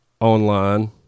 online